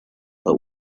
but